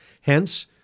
Hence